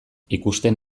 ikusten